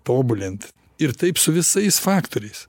tobulint ir taip su visais faktoriais